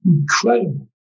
incredible